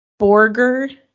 borger